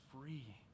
free